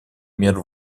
мер